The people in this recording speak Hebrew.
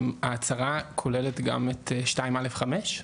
ההצהרה כוללת גם את 2 א/'5?